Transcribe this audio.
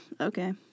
Okay